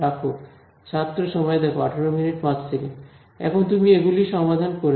রাখ এখন তুমি এগুলি সমাধান করেছ